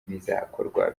bizakorwa